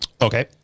Okay